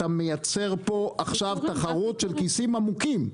אתה מייצר פה עכשיו תחרות של כיסים עמוקים,